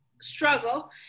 struggle